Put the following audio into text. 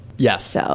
Yes